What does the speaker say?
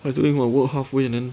I was doing my work halfway then